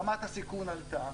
רמת הסיכון עלתה,